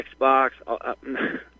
Xbox